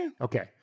Okay